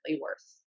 worse